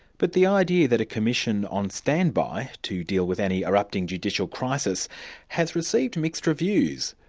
but the idea that a commission on stand-by to deal with any erupting judicial crisis has received mixed reviews.